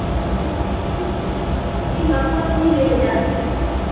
ᱦᱮᱸ ᱤᱧ ᱤᱧ ᱵᱟᱸᱠᱩᱲᱟ ᱠᱷᱚᱱᱤᱧ ᱞᱟᱹᱭᱮᱫᱟ